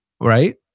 right